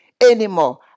anymore